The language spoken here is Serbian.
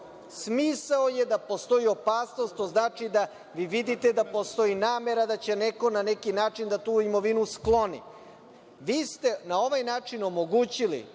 Smisao je da postoji opasnost, što znači da vi vidite da postoji namera da će neko na neki način da tu imovinu skloni. Vi ste na ovaj način omogućili